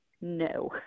no